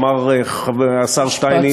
אמר השר שטייניץ,